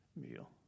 meal